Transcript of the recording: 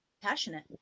passionate